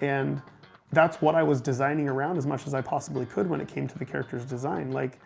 and that's what i was designing around as much as i possibly could what it came to the character's design. like